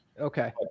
okay